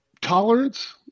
tolerance